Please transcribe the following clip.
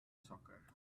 soccer